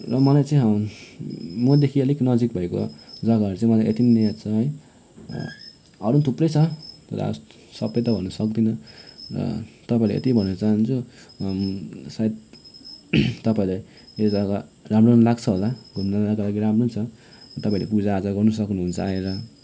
र मलाई चाहिँ मदेखि अलिक नजिक भएको जग्गाहरू चाहिँ मलाई यति नै याद छ है अरू पनि थुप्रै छ तर सबै त भन्नु सक्दिनँ र तपाईँहरूलाई यति भन्न चहान्छु सायद तपाईँहरूले यो जग्गा राम्रो लाग्छ होला घुम्नुको लागि राम्रो छ तपाईँहरूले पूजा आजा गर्नु सक्नुहुन्छ आएर